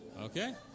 Okay